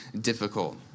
difficult